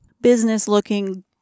business-looking